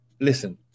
Listen